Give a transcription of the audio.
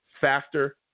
faster